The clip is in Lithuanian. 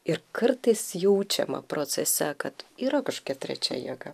ir kartais jaučiama procese kad yra kažkokia trečia jėga